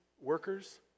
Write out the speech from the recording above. workers